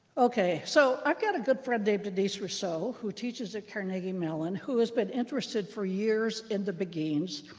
ok, so i got a good friend named denise rousseau, who teaches at carnegie mellon, who has been interested for years in the beguines,